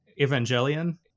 Evangelion